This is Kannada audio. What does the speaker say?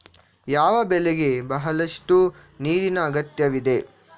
ಯಾವ ಬೆಳೆಗೆ ಬಹಳಷ್ಟು ನೀರಿನ ಅಗತ್ಯವಿದೆ?